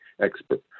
expert